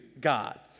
God